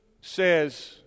says